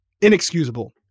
inexcusable